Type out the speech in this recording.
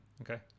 Okay